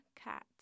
cat